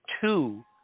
two